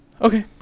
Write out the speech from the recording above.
Okay